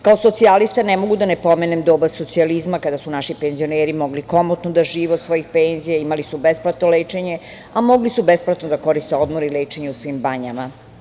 Kao socijalista ne mogu da ne pomenem doba socijalizma, kada su naši penzioneri mogli komotno da žive od svojih penzija, imali su besplatno lečenje, a mogli su i besplatno da koriste odmor i lečenje u svim banjama.